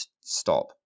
stop